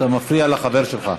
אתה מפריע לחבר שלך.